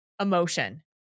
emotion